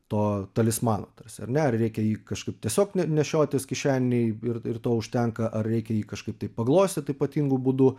to talismano tarsi ar ne ar reikia jį kažkaip tiesiog ne nešiotis kišenėje ir ir to užtenka ar reikia jį kažkaip tai paglostyt ypatingu būdu